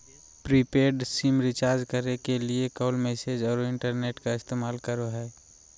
prepaid SIM recharge करे के लिए कॉल, मैसेज औरो इंटरनेट का इस्तेमाल करो हइ